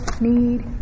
need